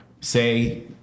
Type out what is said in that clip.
say